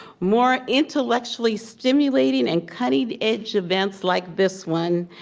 more intellectually stimulating and cutting edge events like this one.